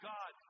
God